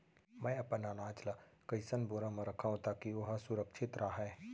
मैं अपन अनाज ला कइसन बोरा म रखव ताकी ओहा सुरक्षित राहय?